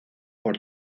por